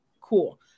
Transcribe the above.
cool